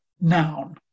noun